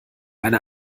eine